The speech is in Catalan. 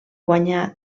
guanyà